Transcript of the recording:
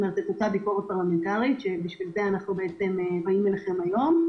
כלומר אותה ביקורת פרלמנטרית שלשמה באנו אליכם היום.